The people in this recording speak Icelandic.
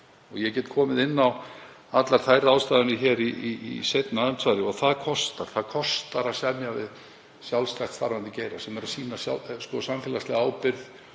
Ég get komið inn á allar þær ráðstafanir hér í seinna andsvari en það kostar að semja við sjálfstætt starfandi geira sem sýna hér samfélagslega ábyrgð